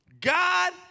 God